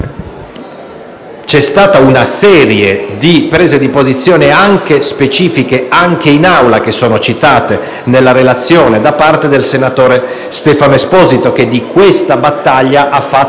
c'è stata una serie di prese di posizione specifiche, anche in Aula, citate nella relazione, da parte del senatore Stefano Esposito, che di questa battaglia e della